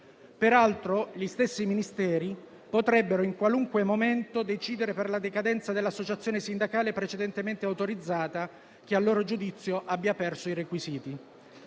Peraltro, gli stessi Ministeri potrebbero in qualunque momento decidere per la decadenza dell'associazione sindacale precedentemente autorizzata, che a loro giudizio abbia perso i requisiti.